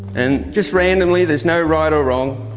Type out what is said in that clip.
and just randomly there's no right or wrong.